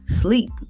sleep